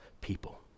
people